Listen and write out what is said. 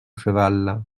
cheval